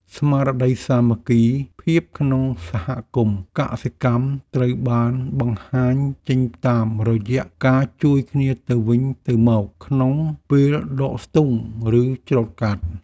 ស្មារតីសាមគ្គីភាពក្នុងសហគមន៍កសិកម្មត្រូវបានបង្ហាញចេញតាមរយៈការជួយគ្នាទៅវិញទៅមកក្នុងពេលដកស្ទូង ឬច្រូតកាត់។